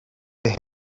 بهم